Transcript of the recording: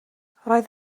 roedd